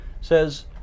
says